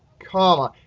comma.